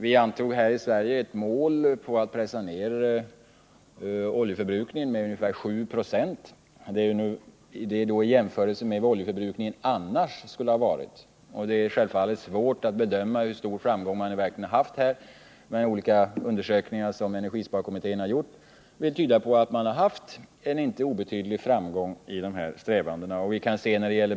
Vi antog här i Sverige som mål att pressa ned oljeförbrukningen med ungefär 7 96 i jämförelse med vad förbrukningen skulle ha varit. Det är självfallet svårt att bedöma hur stor framgång vi verkligen har haft med detta, men olika undersökningar som energisparkommittén har gjort tyder på att vi har haft en inte obetydlig framgång i denna strävan.